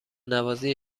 نوازی